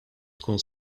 tkun